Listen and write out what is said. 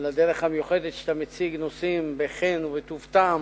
על הדרך המיוחדת שבה אתה מציג נושאים בחן ובטוב טעם